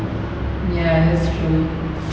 ya that's true